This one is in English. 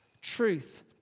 truth